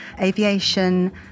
Aviation